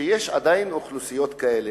שיש עדיין אוכלוסיות כאלה?